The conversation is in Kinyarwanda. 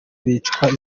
bicwa